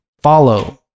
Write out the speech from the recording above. follow